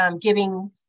giving